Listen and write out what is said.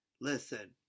listen